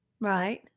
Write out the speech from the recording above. right